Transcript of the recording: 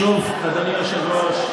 שוב, אדוני היושב-ראש,